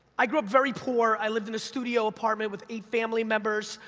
i grew up very poor, i lived in a studio apartment with eight family members,